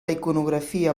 iconografia